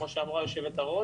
כמו שאמרה היושבת-ראש,